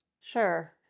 Sure